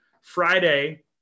Friday